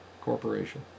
corporation